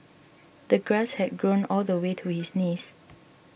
the grass had grown all the way to his knees